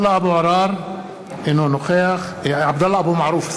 (קורא בשמות חברי הכנסת) עבדאללה אבו מערוף,